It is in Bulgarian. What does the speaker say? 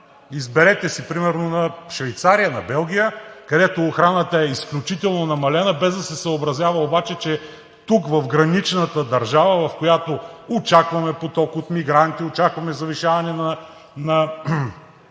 примерно си изберете Швейцария или Белгия, където охраната е изключително намалена, без да се съобразява обаче, че тук в граничната държава, в която очакваме поток от мигранти, очакваме повишаване на